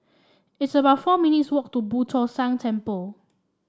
it's about four minutes' walk to Boo Tong San Temple